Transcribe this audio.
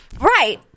Right